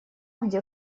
где